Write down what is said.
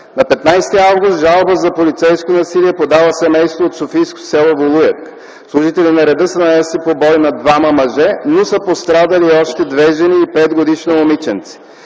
На 15 август жалба за полицейско насилие подава семейство от софийското село Волуяк. Служители на реда са нанесли побой над двама мъже, но са пострадали още две жени и 5-годишно момиченце.